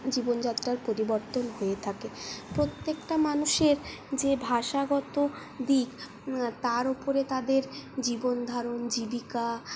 জীবনযাত্রার পরিবর্তন হয়ে থাকে প্রত্যেকটা মানুষের যে ভাষাগত দিক তার ওপরে তাদের জীবনধারণ জীবিকা